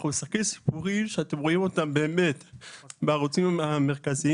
אנחנו מסקרים סיפורים שאתם רואים אותם בערוצים המרכזיים.